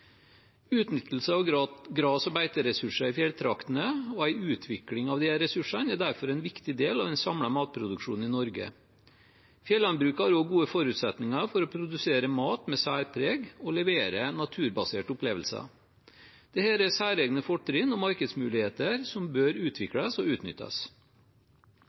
Utnyttelse av gras- og beiteressurser i fjelltraktene og en utvikling av disse ressursene er derfor en viktig del av den samlede matproduksjonen i Norge. Fjellandbruket har også gode forutsetninger for å produsere mat med særpreg og levere naturbaserte opplevelser. Dette er særegne fortrinn og markedsmuligheter som bør utvikles og utnyttes.